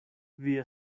via